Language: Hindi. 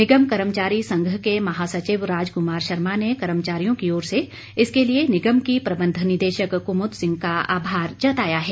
निगम कर्मचारी संघ के महासचिव राज कुमार शर्मा ने कर्मचारियों की ओर से इसके लिए निगम की प्रबंध निदेशक कुमुद सिंह का आभार जताया है